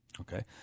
Okay